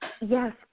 Yes